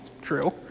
true